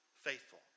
faithful